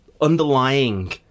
underlying